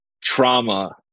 trauma